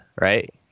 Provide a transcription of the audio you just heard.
right